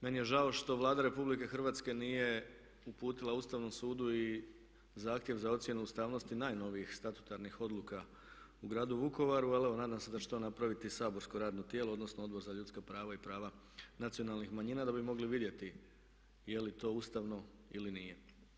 Meni je žao što Vlada Republike Hrvatske nije uputila Ustavnom sudu i zahtjev za ocjenu ustavnosti najnovijih statutarnih odluka u gradu Vukovaru, ali evo nadam se da će to napraviti i saborsko radno tijelo odnosno Odbor za ljudska prava i prava nacionalnih manjina da bi mogli vidjeti je li to ustavno ili nije.